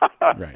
Right